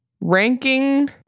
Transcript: ranking